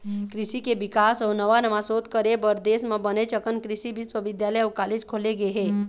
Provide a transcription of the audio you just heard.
कृषि के बिकास अउ नवा नवा सोध करे बर देश म बनेच अकन कृषि बिस्वबिद्यालय अउ कॉलेज खोले गे हे